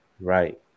right